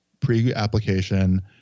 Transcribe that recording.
pre-application